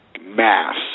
Mass